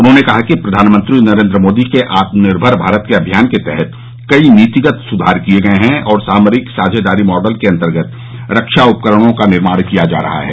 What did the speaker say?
उन्होंने कहा कि प्रधानमंत्री नरेन्द्र मोदी के आत्मनिर्भर भारत के अभियान के तहत कई नीतिगत सुधार किए गए हैं और सामरिक साझेदारी मॉडल के अंतर्गत रक्षा उपकरणों का निर्माण किया जा रहा है